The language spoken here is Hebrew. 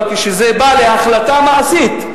אבל כשזה בא להחלטה מעשית,